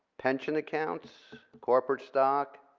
pension accounts, corporate stock,